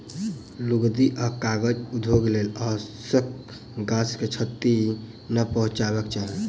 लुगदी आ कागज उद्योगक लेल अनावश्यक गाछ के क्षति नै पहुँचयबाक चाही